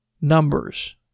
numbers